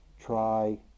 Try